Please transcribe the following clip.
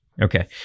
Okay